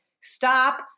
stop